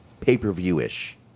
pay-per-view-ish